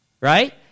right